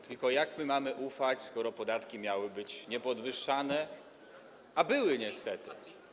Tylko jak my mamy ufać, skoro podatki miały być niepodwyższane, a były niestety?